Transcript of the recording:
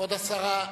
כבוד השרה,